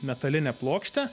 metalinė plokštė